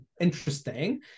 interesting